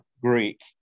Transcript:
Greek